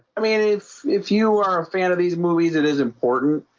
i mean if if you are a fan of these movies, it is important